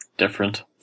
Different